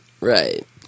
Right